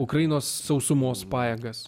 ukrainos sausumos pajėgas